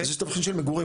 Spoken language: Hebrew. זה על בסיס של מגורים,